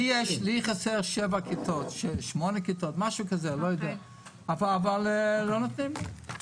לי חסרות שבע-שמונה כיתות, אבל לא נותנים לי.